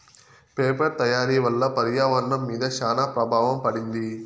paper తయారీ వల్ల పర్యావరణం మీద శ్యాన ప్రభావం పడింది